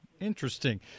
Interesting